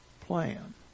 plan